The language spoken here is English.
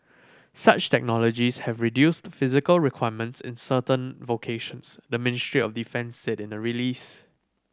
such technologies have reduced physical requirements in certain vocations the Ministry of Defence said in a release